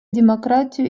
демократию